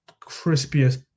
crispiest